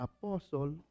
Apostle